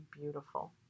beautiful